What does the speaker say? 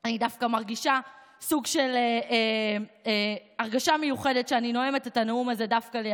אני מרגישה סוג של הרגשה מיוחדת כשאני נואמת את הנאום הזה דווקא לידך,